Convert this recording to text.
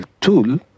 tool